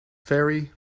ferry